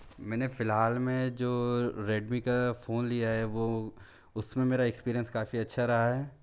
मैंने फिलहाल में जो रेडमी का फ़ोन लिया है वो उसमें मेरा एक्सपीरियंस काफ़ी अच्छा रहा है